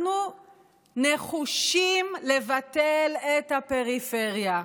אנחנו נחושים לבטל את הפריפריה.